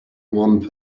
one